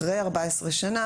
אחרי 14 שנים,